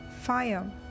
Fire